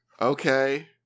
Okay